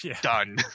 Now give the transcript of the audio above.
Done